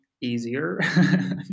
easier